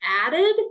added